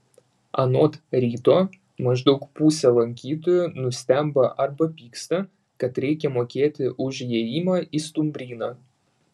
anot ryto maždaug pusė lankytojų nustemba arba pyksta kad reikia mokėti už įėjimą į stumbryną